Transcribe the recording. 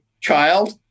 child